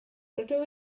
rydw